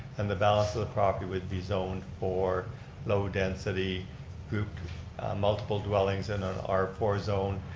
and the balance of the property would be zoned for low density grouped multiple dwellings in an r four zone.